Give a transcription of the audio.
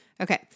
Okay